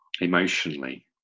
emotionally